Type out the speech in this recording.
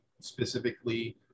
specifically